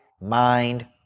mind